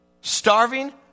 starving